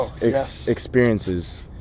experiences